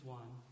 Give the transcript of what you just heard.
one